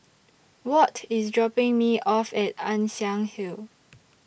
Watt IS dropping Me off At Ann Siang Hill